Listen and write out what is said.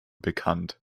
bekannt